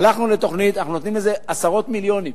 הלכנו לתוכנית, אנחנו נותנים לזה עשרות מיליונים,